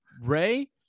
Ray